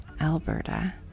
Alberta